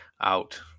out